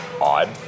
odd